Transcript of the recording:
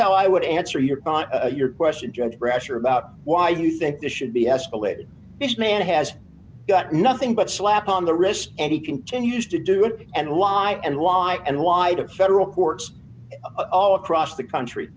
how i would answer your your question judge rasher about why you think this should be escalated this man has got nothing but slap on the wrist and he continues to do it and why and why and why the federal courts all across the country